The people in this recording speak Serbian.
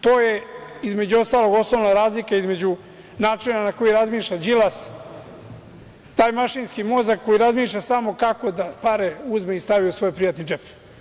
To je, između ostalog, osnovna razlika između načina na koji razmišlja Đilas, mašinski mozak koji razmišlja samo kako da pare uzme i stavi u svoj privatni džep.